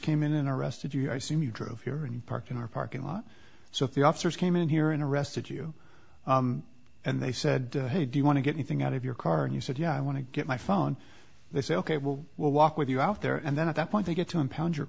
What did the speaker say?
came in and arrested you i've seen you drove here in park in our parking lot so if the officers came in here and arrested you and they said hey do you want to get anything out of your car and you said yeah i want to get my phone they say ok well we'll walk with you out there and then at that point they get to impound your